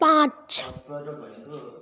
पाँच